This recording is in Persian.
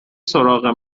سراغ